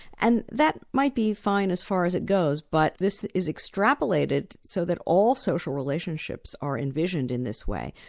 and that might be fine as far as it goes, but this is extrapolated so that all social relationships are envisioned in this way.